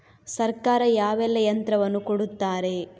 ಸರ್ಕಾರ ಯಾವೆಲ್ಲಾ ಯಂತ್ರವನ್ನು ಕೊಡುತ್ತಾರೆ?